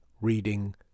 reading